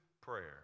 prayer